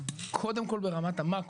קודם כל ברמת המקרו.